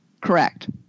Correct